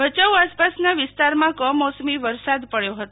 ભચાઉ આસપાસના વિસ્તારોમાં કમોસમી વરસાદ પડચો હતો